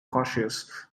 cautious